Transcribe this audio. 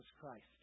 Christ